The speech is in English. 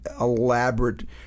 elaborate